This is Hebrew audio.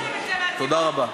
תודה רבה.